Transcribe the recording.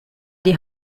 die